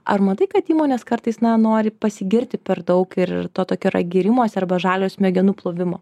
ar matai kad įmonės kartais na nori pasigirti per daug ir ir to tokio yra girimosi arba žalio smegenų plovimo